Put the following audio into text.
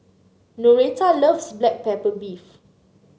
Noreta loves Black Pepper Beef